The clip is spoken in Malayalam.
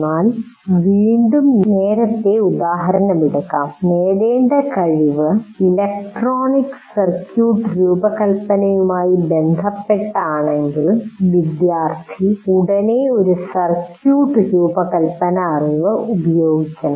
എന്നാൽ വീണ്ടും നേരത്തെ ഉദാഹരണം എടുക്കാം നേടേണ്ട കഴിവു ഇലക്ട്രോണിക് സർക്യൂട്ട് രൂപകൽപ്പനയുമായി ബന്ധപ്പെട്ട് ആണെങ്കിൽ വിദ്യാർത്ഥി ഉടനെ ഒരു സർക്യൂട്ട് രൂപകല്പന അറിവ് പ്രയോഗിക്കണം